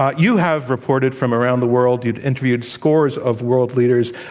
um you have reported from around the world. you've interviewed scores of world leaders.